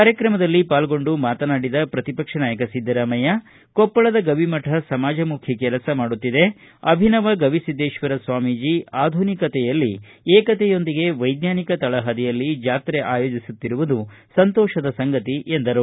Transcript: ಕಾರ್ಯಕ್ರಮದಲ್ಲಿ ಪಾಲ್ಗೊಂಡು ಮಾತನಾಡಿದ ಪ್ರತಿಪಕ್ಷ ನಾಯಕ ಸಿದ್ದರಾಮಯ್ಯ ಮಾತನಾಡಿ ಕೊಪ್ಪಳದ ಗವಿಮಠ ಸಮಾಜಮುಖಿ ಕೆಲಸ ಮಾಡುತ್ತಿದೆ ಅಭಿನವ ಗವಿಸಿದ್ದೇತ್ವರ ಸ್ವಾಮೀಜ ಆಧುನಿಕತೆಯಲ್ಲಿ ಏಕತೆಯೊಂದಿಗೆ ವೈಜ್ಞಾನಿಕ ತಳಹದಿಯಲ್ಲಿ ಜಾತ್ರೆ ಆಯೋಜಿಸುತ್ತಿರುವುದು ಸಂತೋಷದ ಸಂಗತಿ ಎಂದರು